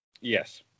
yes